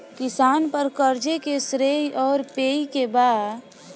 किसान पर क़र्ज़े के श्रेइ आउर पेई के बा?